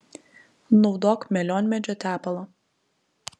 naudok melionmedžio tepalą